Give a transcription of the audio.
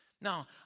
Now